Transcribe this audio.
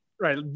right